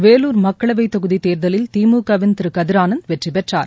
வேலூர் மக்களவைத் தொகுதி தேர்தலில் திமுக வின் திரு கதிர் ஆனந்த் வெற்றி பெற்றார்